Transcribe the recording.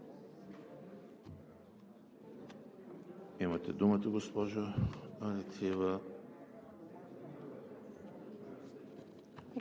Имате думата, госпожо Ангелова.